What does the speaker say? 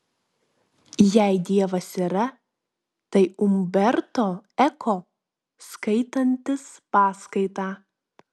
jei dievas yra tai umberto eko skaitantis paskaitą